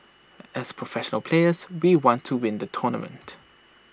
as professional players we want to win the tournament